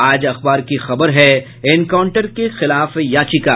आज अखबार की बड़ी खबर है एनकाउंटर के खिलाफ याचिका